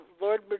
Lord